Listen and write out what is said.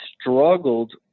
struggled